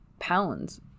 pounds